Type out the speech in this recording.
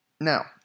Now